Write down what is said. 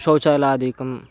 शौचालयादिकं